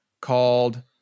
called